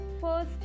first